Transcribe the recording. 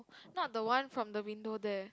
not the one from the window there